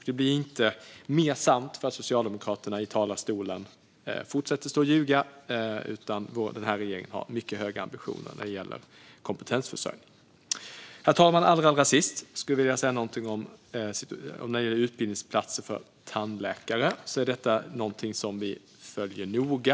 Det blir inte mer sant för att Socialdemokraterna fortsätter att stå och ljuga i talarstolen, utan regeringen har mycket höga ambitioner när det gäller kompetensförsörjning. Herr talman! Allra sist skulle jag vilja säga någonting när det gäller utbildningsplatser för tandläkare. Detta är någonting som vi följer noga.